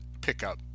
pickup